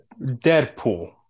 Deadpool